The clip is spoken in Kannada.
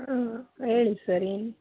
ಆಂ ಹೇಳಿ ಸರ್ ಏನು